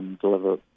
deliver